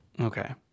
Okay